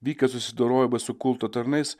vykęs susidorojimas su kulto tarnais